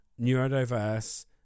neurodiverse